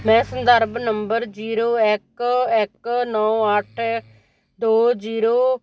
ਮੈਂ ਸੰਦਰਭ number zero ਇੱਕ ਇੱਕ ਨੌਂ ਅੱਠ ਦੋ ਜੀਰੋ